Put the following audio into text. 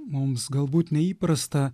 mums galbūt neįprasta